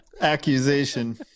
Accusation